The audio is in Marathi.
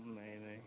नाही नाही